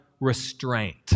restraint